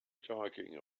talking